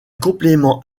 complément